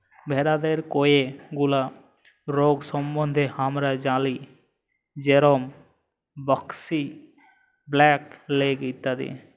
ভেরাদের কয়ে গুলা রগ সম্বন্ধে হামরা জালি যেরম ব্র্যাক্সি, ব্ল্যাক লেগ ইত্যাদি